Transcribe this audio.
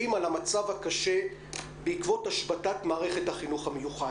על המצב הקשה בעקבות השבתת מערכת החינוך המיוחד.